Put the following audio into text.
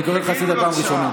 חבר הכנסת קרעי.